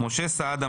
משה סעדה,